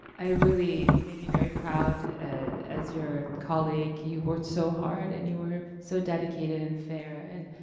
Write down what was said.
i really, you made me very proud as your colleague. you worked so hard and you were so dedicated and fair and